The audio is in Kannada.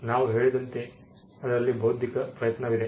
ನಾವು ಹೇಳಿದಂತೆ ಅದರಲ್ಲಿ ಬೌದ್ಧಿಕ ಪ್ರಯತ್ನವಿದೆ